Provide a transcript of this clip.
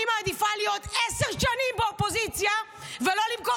אני מעדיפה להיות עשר שנים באופוזיציה ולא למכור